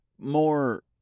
more